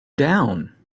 down